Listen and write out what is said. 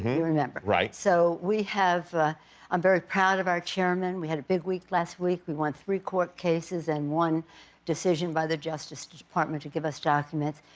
you remember. jimmy right. so we have i'm very proud of our chairman. we had a big week last week. we won three court cases and one decision by the justice department to give us documents.